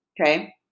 Okay